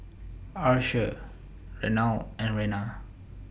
Archer Renard and Rena